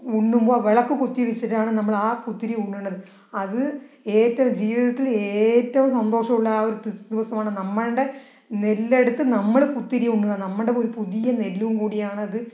ഉണ്ണുമ്പോൾ വിളക്ക് കുത്തി വച്ചിട്ടാണ് നമ്മൾ ആ കുത്തിരി ഉണ്ണുന്നത് അത് ഏറ്റവും ജീവിതത്തിൽ ഏറ്റവും സന്തോഷമുള്ള ആ ഒര് ദിവസമാണ് നമ്മളുടെ നെല്ലെടുത്ത് നമ്മൾ കുത്തിരി ഉണ്ണുക നമ്മളുടെ പുതിയ നെല്ലും കൂടിയാണത്